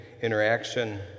interaction